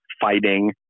fighting